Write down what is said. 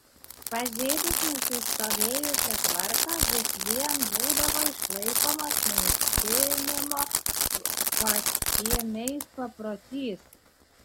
pažeidus nusistovėjusią tvarką vis vien būdavo išlaikomas maitinimo pakiemiais paprotys